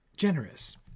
Generous